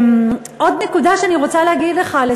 עוד נקודה שאני רוצה להגיד לך,